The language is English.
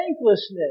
thanklessness